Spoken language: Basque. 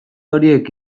horiek